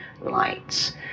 Lights